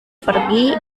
pergi